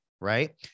right